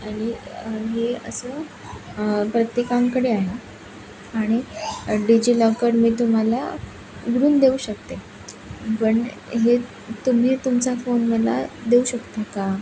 आणि हे असं प्रत्येकाकडे आहे आणि डिजिलॉकर मी तुम्हाला उघडून देऊ शकते पण हे तुम्ही तुमचा फोन मला देऊ शकता का